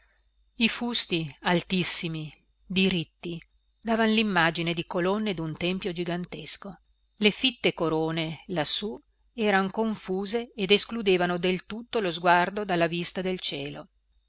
i fusti altissimi diritti davan limmagine di colonne dun tempio gigantesco le fitte corone lassù eran confuse ed escludevano del tutto lo sguardo dalla vista del cielo